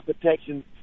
protection